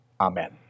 Amen